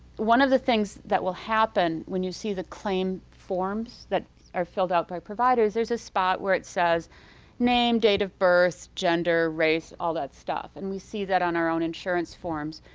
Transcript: one of the things that will happen when you see the claim forms that are filled out by providers, there's a spot where it says name, date of birth, gender, race, all that stuff. and we see that on our own insurance forms.